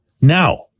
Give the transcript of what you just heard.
Now